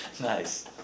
Nice